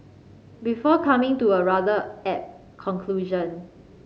before coming to a rather apt conclusion